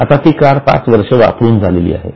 आता ती कार पाच वर्ष वापरून झालेली आहे